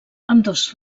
ambdós